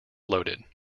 loaded